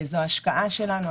זו השקעה שלנו,